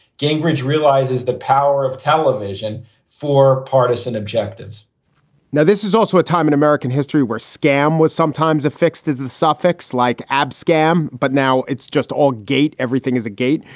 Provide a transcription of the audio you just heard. gingrich realizes the power of television for partisan objectives now, this is also a time in american history where scam was sometimes a fixed as a and suffix like abscam. but now it's just all gate. everything is a gate.